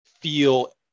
feel